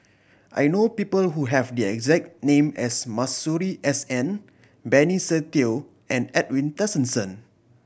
I know people who have the exact name as Masuri S N Benny Se Teo and Edwin Tessensohn